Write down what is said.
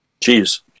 Cheers